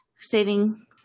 saving